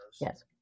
Yes